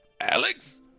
Alex